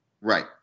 Right